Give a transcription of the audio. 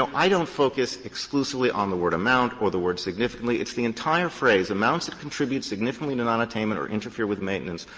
i don't focus exclusively on the word amount or the word significantly. it's the entire phrase, amounts that contribute significantly to nonattainment or interfere with maintenance.